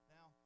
Now